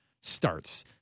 starts